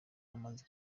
amaze